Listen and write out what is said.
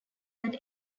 that